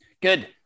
good